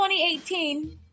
2018